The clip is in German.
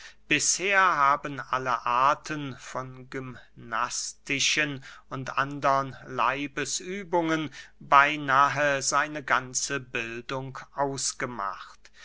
bisher haben alle arten von gymnastischen und andern leibesübungen beynahe seine ganze bildung ausgemacht